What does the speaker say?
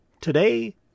today